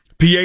PA